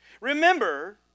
Remember